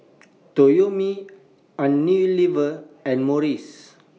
Toyomi Unilever and Morries